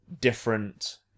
different